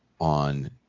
on